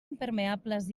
impermeables